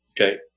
Okay